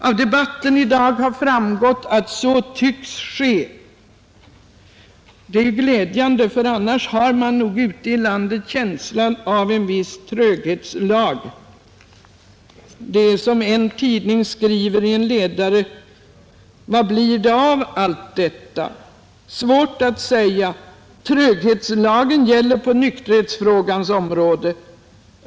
Av debatten i dag har det framgått att så tycks ske, och det är glädjande, ty annars har man ju ibland känslan av att där gäller ett slags tröghetslag. Följande uttalande i en tidningsledare är nog så riktigt: ”Vad blir det av allt detta? Svårt att säga — tröghetslagen gäller på nykterhetsfrågans område.